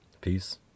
peace